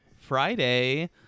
Friday